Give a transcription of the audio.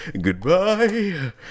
Goodbye